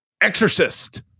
exorcist